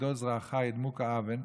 בגדל זרועך ידמו כאבן",